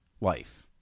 life